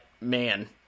man